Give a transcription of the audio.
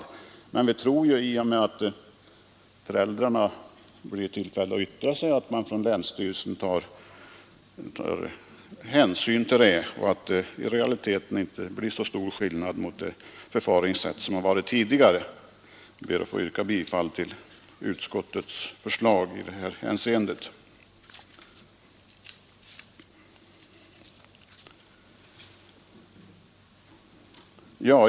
Nr 105 Vi tror emellertid att i och med att föräldrarna blir i tillfälle att yttra Onsdagen den sig, kommer man från länsstyrelsen att ta hänsyn till det. I realiteten blir 30 maj 1973 det inte så stor skillnad mot det förfaringssätt som varit tidigare. Jag ber att få yrka bifall till utskottets förslag i det här hänseendet.